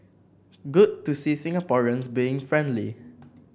good to see Singaporeans being friendly